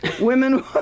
Women